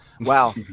wow